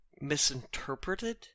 misinterpreted